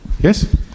Yes